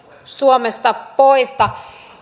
suomesta poista